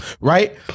Right